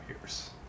years